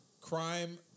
crime